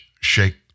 Shake